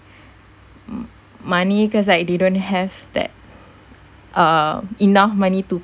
m~ money cause they don't have that uh enough money to